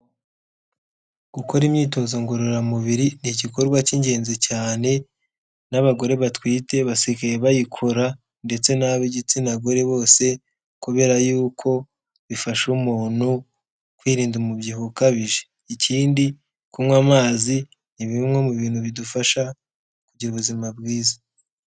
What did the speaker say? Gukora imyitozo ngororamubiri ni igikorwa cy'ingenzi cyane n'abagore batwite basigaye bayikora, ndetse n'ab'igitsina gore bose, kubera yuko bifasha umuntu kwirinda umubyibuho ukabije, ikindi kunywa amazi ni bimwe mu bintu bidufasha kugira ubuzima bwiza.